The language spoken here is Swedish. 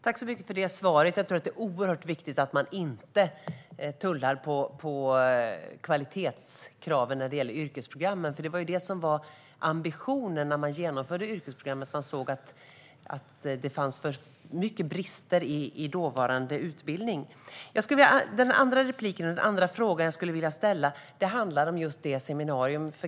Herr talman! Tack så mycket för svaret! Jag tror att det är oerhört viktigt att man inte tullar på kvalitetskraven när det gäller yrkesprogrammen. Det var det som var ambitionen när man genomförde yrkesprogrammen; man såg att det fanns för mycket brister i den dåvarande utbildningen. Den andra fråga jag skulle vilja ställa handlar just om seminariet.